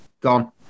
gone